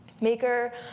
maker